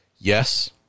yes